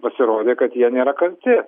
pasirodė kad jie nėra kalti